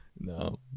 No